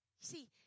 See